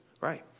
right